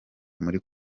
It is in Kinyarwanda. muri